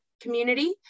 community